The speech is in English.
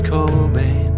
Cobain